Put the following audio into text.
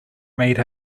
made